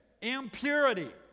Impurity